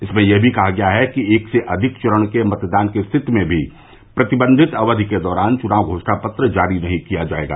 इसमें यह भी कहा गया है कि एक से अधिक चरण के मतदान की स्थिति में भी प्रतिबंधित अवधि के दौरान चुनाव घोषणा पत्र जारी नहीं किया जाएगा